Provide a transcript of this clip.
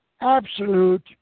absolute